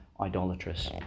idolatrous